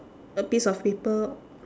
a piece of paper